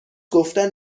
گفتن